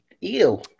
Ew